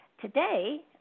Today